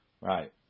Right